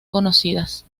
conocidas